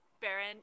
Baron